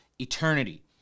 eternity